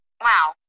Wow